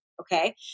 Okay